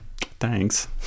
thanks